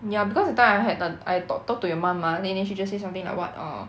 ya because that time I had a I got talk to your mum mah then in the end she just say something like what uh